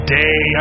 day